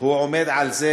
הוא עומד על זה,